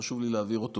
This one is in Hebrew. חשוב לי להבהיר אותו,